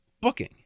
booking